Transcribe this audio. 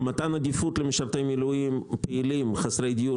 מתן עדיפות למשרתי מילואים ופעילים חסרי דיור